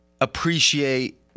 appreciate